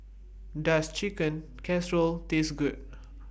Does Chicken Casserole Taste Good